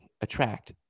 attract